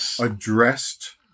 addressed